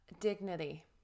dignity